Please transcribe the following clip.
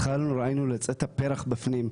התחלנו לראות את הפרח בפנים,